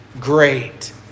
great